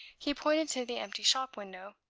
he pointed to the empty shop window.